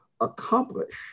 accomplish